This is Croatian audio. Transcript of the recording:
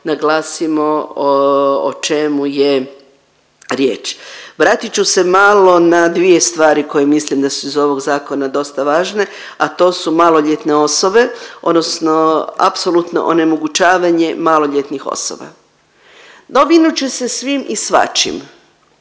naglasimo o čemu je riječ. Vratit ću se malo na dvije stvari koje mislim da su iz ovog zakona dosta važne, a to su maloljetne osobe odnosno apsolutno onemogućavanje maloljetnih osoba. Dovinut će se svim i svačim.